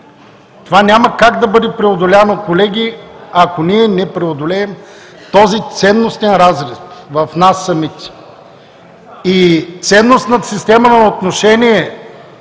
Това няма как да бъде преодоляно, колеги, ако ние не преодолеем този ценностен разрив в нас самите. И ценностната система на отношение,